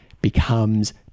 becomes